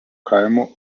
kaimo